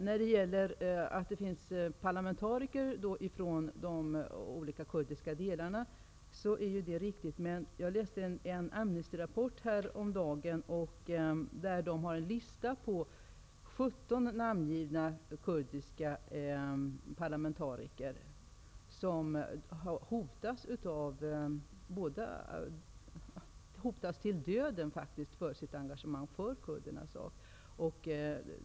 Det sägs i svaret att det finns parlamentariker från de olika kurdiska delarna, och det är riktigt. Men jag läste häromdagen en Amnestyrapport med en lista på 17 namngivna kurdiska parlamentariker som hotas till döden på grund av sitt engagemang för kurdernas sak.